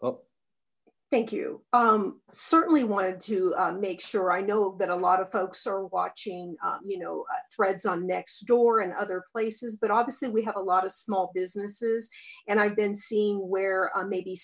oh thank you um certainly wanted to make sure i know that a lot of folks are watching you know threads on next door and other places but obviously we have a lot of small businesses and i've been seeing where maybe